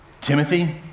Timothy